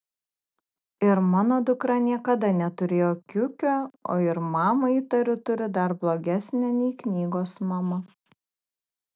ir mano dukra niekada neturėjo kiukio o ir mamą įtariu turi dar blogesnę nei knygos mama